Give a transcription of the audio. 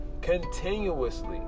continuously